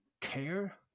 care